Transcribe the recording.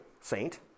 Saint